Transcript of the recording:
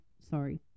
sorry